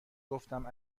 گفتم